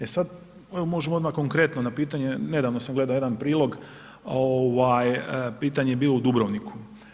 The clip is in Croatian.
E sad, evo možemo odmah konkretno na pitanje, nedavno sam gledao jedan prilog, pitanje je bilo o Dubrovniku.